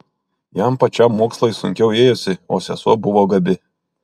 jam pačiam mokslai sunkiau ėjosi o sesuo buvo gabi